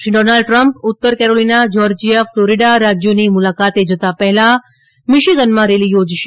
Shri Donald Trump ઉત્તર Carolina Georgia Florida રાજ્યોની મુલાકાતે જતા પહેલા મિશિગનમાં રેલી યોજશે